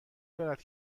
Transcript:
دارد